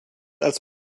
als